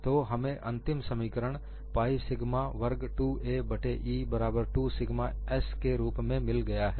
तो हमें अंतिम समीकरण पाइ सिग्मा वर्ग 2a बट्टे E बराबर 2 सिग्मा s के रूप में मिल गया है